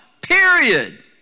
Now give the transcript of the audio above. Period